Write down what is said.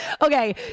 Okay